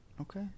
Okay